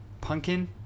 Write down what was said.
pumpkin